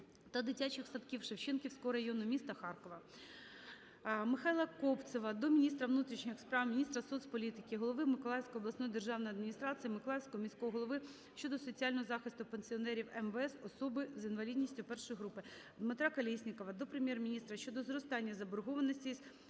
та дитячих садків Шевченківського району міста Харкова. Михайла Кобцева до міністра внутрішніх справ, міністра соцполітики, голови Миколаївської обласної державної адміністрації, миколаївського міського голови щодо соціального захисту пенсіонера МВС, особи з інвалідністю I групи. Дмитра Колєснікова до Прем'єр-міністра щодо зростання заборгованості